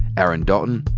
aaron dalton,